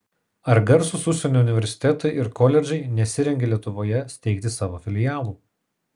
ar garsūs užsienio universitetai ir koledžai nesirengia lietuvoje steigti savo filialų